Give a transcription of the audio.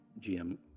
GM